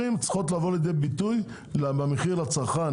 צריכות לבוא לידי ביטוי במחיר לצרכן,